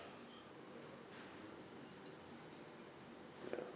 ya